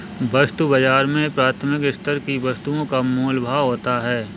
वस्तु बाजार में प्राथमिक स्तर की वस्तुओं का मोल भाव होता है